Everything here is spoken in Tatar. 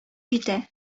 җитә